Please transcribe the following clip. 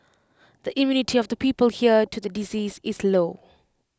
the immunity of the people here to the disease is low